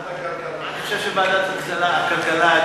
לוועדת הכלכלה.